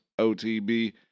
OTB